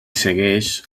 segueix